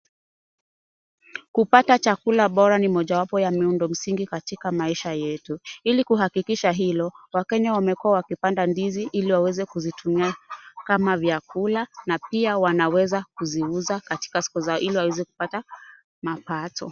Kupata chakula bora ni mojawapo ya miundo msingi katika maisha yetu. Ili kuhakikisha hilo, wakenya wamekuwa wakipanda ndizi, ili waweze kuzitumia kama vyakula. Na pia wanaweza kuziuza katika soko zao, ili waweze kupata mapato.